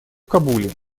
кабуле